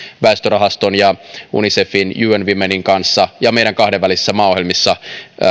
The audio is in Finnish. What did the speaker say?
väestörahaston ja unicefin un womenin kanssa ja meidän kahdenvälisissä maaohjelmissa